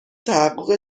تحقق